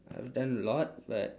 I've done a lot but